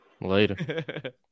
Later